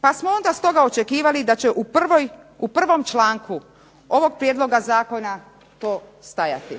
Pa smo onda stoga očekivali da će u prvom članku ovog prijedloga zakona to stajati.